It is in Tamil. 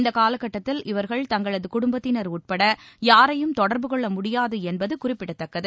இந்த காலகட்டத்தில் இவர்கள் தங்களது குடும்பத்தினர் உட்பட யாரையும் தொடர்பு கொள்ள முடியாது என்பது குறிப்பிடத்தக்கது